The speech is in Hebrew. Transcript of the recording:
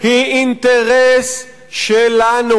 היא אינטרס שלנו.